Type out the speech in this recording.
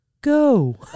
go